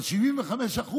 אבל 75%,